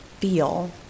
feel